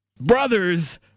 Brothers